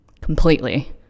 completely